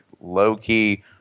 low-key